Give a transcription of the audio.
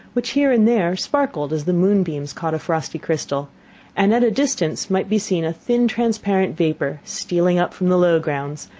which here and there sparkled as the moonbeams caught a frosty crystal and at a distance might be seen a thin, transparent vapour, stealing up from the low grounds,